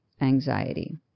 anxiety